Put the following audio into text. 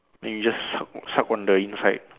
then you just suck suck on the inside